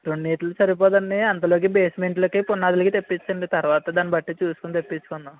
రెండిటికి సరిపోదండి అంతలోగా బేస్మెంట్లకి పునాదులకి తెప్పించండి తరువాత దాన్ని బట్టి చూసుకుని తెప్పించుకుందాము